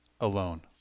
alone